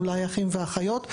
אולי אחים ואחיות.